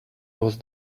was